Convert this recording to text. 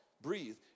breathe